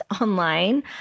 online